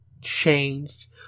changed